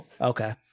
Okay